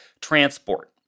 transport